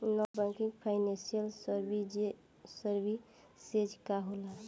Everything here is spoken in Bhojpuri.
नॉन बैंकिंग फाइनेंशियल सर्विसेज का होला?